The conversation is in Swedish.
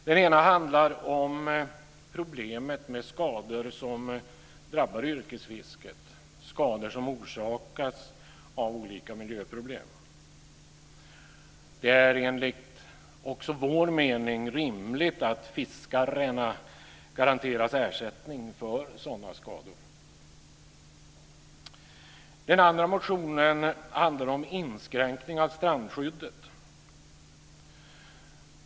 Den ena handlar om problemet med skador som drabbar yrkesfisket, skador som orsakats av olika miljöproblem. Det är enligt också vår mening rimligt att fiskarna garanteras ersättning för sådana skador. Den andra motionen handlar om inskränkning av strandskyddet.